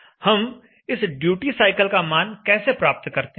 हम इस duty cycle का मान कैसे प्राप्त करते हैं